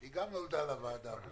חבר הכנסת קרעי.